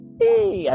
hey